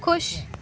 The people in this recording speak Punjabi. ਖੁਸ਼